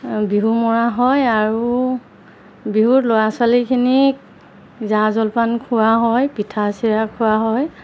বিহু মৰা হয় আৰু বিহুত ল'ৰা ছোৱালীখিনিক জা জলপান খোৱা হয় পিঠা চিৰা খোৱা হয়